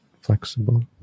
flexible